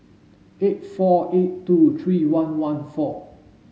eight four eight two three one one four